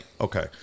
Okay